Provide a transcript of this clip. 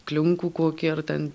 kliunkų kokį ar ten